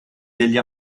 degli